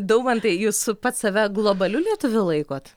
daumantai jūs pats save globaliu lietuviu laikot